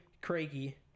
Craigie